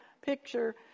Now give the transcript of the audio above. picture